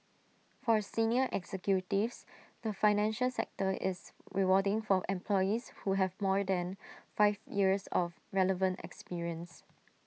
for senior executives the financial sector is rewarding for employees who have more than five years of relevant experience